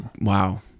Wow